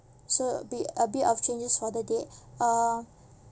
so it'll be a bit of changes for the date uh